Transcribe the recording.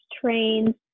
trains